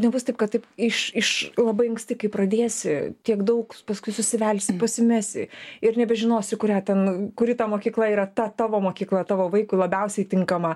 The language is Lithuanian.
nebus taip kad taip iš iš labai anksti kai pradėsi tiek daug paskui susivelsi pasimesi ir nebežinosi kurią ten kuri ta mokykla yra ta tavo mokykla tavo vaikui labiausiai tinkama